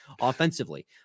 Offensively